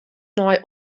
nei